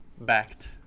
Backed